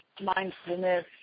mindfulness